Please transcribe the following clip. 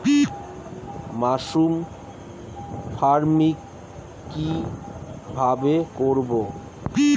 Mushroom farming কি ভাবে করব?